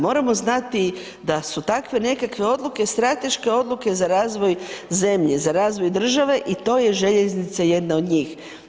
Moramo znati da su takve nekakve odluke strateške odluke za razvoj zemlje, za razvoj države i to je željeznica jedna od njih.